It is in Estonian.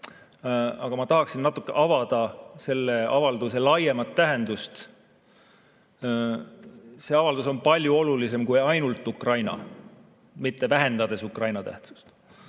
aga ma tahaksin natuke avada selle avalduse laiemat tähendust. See avaldus on palju olulisem kui ainult Ukraina, [ütlen seda,] mitte vähendades Ukraina tähtsust.